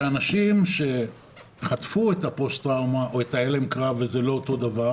שאנשים שחטפו את הפוסט טראומה או את ההלם קרב וזה לא אותו דבר